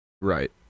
Right